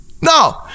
No